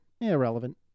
irrelevant